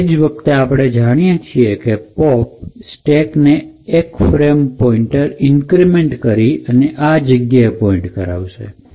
અને એ જ વખતે આપણે જાણીએ છીએ કે પોપ સ્ટેક ને એક પોઈન્ટ અને ઈન્ક્રીમેન્ટ કરી અને આ જગ્યાએ પોઇન્ટ કરાવશે